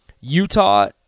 Utah